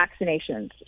vaccinations